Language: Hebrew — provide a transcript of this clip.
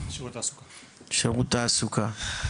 שירות התעסוקה.